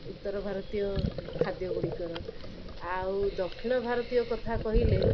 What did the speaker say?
ଉତ୍ତର ଭାରତୀୟ ଖାଦ୍ୟ ଗୁଡ଼ିକର ଆଉ ଦକ୍ଷିଣ ଭାରତୀୟ କଥା କହିଲେ